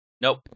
Nope